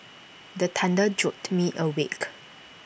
the thunder jolt me awake